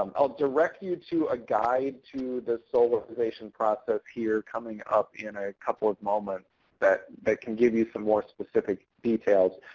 um i'll direct you to a guide to the solarization process here coming up in a couple of moments that that can give you some more specific details.